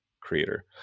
creator